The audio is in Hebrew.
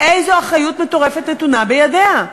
איזו אחריות מטורפת נתונה בידיה.